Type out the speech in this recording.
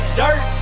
dirt